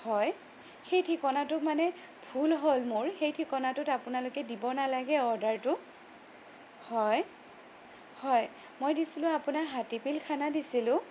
হয় সেই ঠিকনাটো মানে ভুল হ'ল মোৰ সেই ঠিকনাটোত আপোনালোকে দিব নালাগে অৰ্ডাৰটো হয় হয় মই দিছিলোঁ আপোনাৰ হাতীপিলখানা দিছিলোঁ